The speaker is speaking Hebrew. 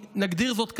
נגדיר זאת כך,